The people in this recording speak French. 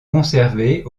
conservées